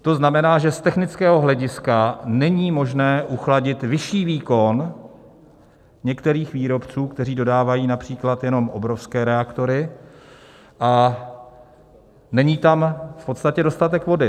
To znamená, že z technického hlediska není možné uchladit vyšší výkon některých výrobců, kteří dodávají například jenom obrovské reaktory, a není tam v podstatě dostatek vody.